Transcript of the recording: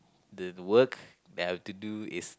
the work that I have to do is